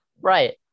Right